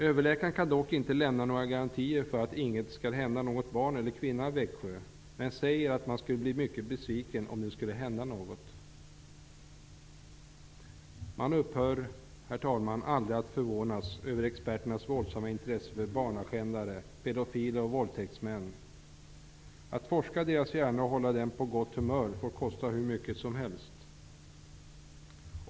Överläkaren kan dock inte lämna garantier för att inte något skall hända något barn eller någon kvinna i Växjö men säger att man skulle bli mycket besviken om något skulle hända. Man upphör aldrig, herr talman, att förvånas över experternas våldsamma intresse för barnaskändare, pedofiler och våldtäktsmän! Att forska i dessa personers hjärnor och att hålla de här människorna på gott humör får kosta hur mycket som helst.